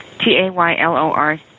T-A-Y-L-O-R